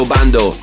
Bando